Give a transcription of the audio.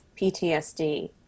PTSD